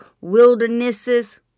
wildernesses